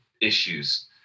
issues